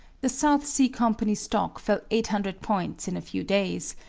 the south sea company stock fell eight hundred points in a few days,